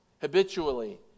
Habitually